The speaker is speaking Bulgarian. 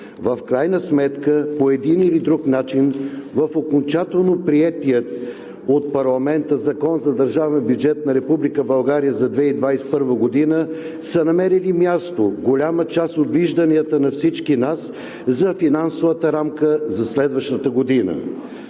В крайна сметка, по един или друг начин, в окончателно приетия от парламента Закон за държавния бюджет на Република България за 2021 г. са намерили място голяма част от вижданията на всички нас за финансовата рамка за следващата година.